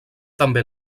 també